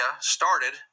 started